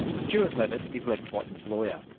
stewart levitt is lex wotton's lawyer.